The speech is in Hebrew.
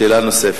שאלה נוספת.